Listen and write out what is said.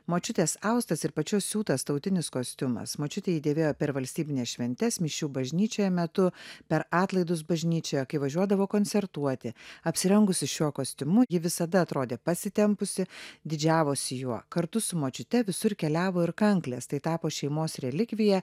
močiutės austas ir pačios siūtas tautinis kostiumas močiutė jį dėvėjo per valstybines šventes mišių bažnyčioje metu per atlaidus bažnyčioje kai važiuodavo koncertuoti apsirengusi šiuo kostiumu ji visada atrodė pasitempusi didžiavosi juo kartu su močiute visur keliavo ir kanklės tai tapo šeimos relikvija